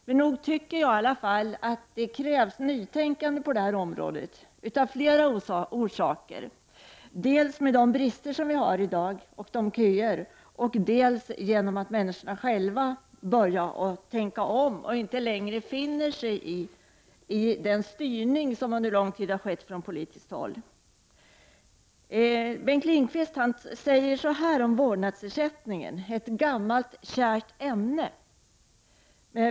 Men jag tycker att det krävs ett nytänkande på detta område, av flera orsaker, dels med dagens brister och köer, dels genom att människorna själva börjar tänka om och inte längre finner sig i den styrning som under lång tid har skett från politiskt håll. Bengt Lindqvist säger att vårdnadsersättningen är ”ett gammalt kärt ämne”.